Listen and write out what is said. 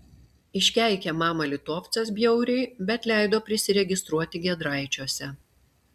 iškeikė mamą litovcas bjauriai bet leido prisiregistruoti giedraičiuose